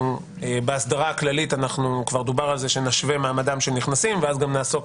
בהסדרה הכללית דובר על זה שנשווה מעמדם של נכנסים ואז נעסוק